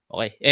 Okay